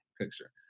picture